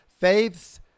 faiths